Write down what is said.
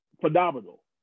phenomenal